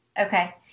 Okay